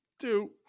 Two